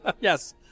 Yes